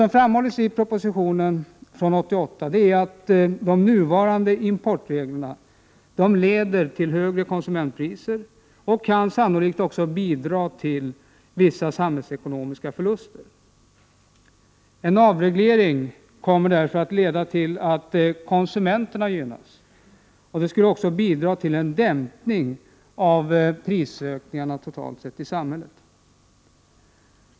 I propositionen från 1988 framhålles att de nuvarande importreglerna leder till högre konsumentpriser och sannolikt också kan bidra till vissa samhällsekonomiska förluster. En avreglering kommer därför att leda till att konsumenterna gynnas. Den skulle också bidra till en dämpning av prisökningarna totalt sett i samhället.